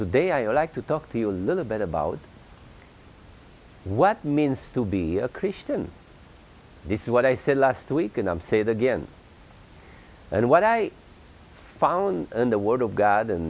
the day i like to talk to you a little bit about what means to be a christian this is what i said last week and i'm say that again and what i found in the world of god